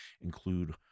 include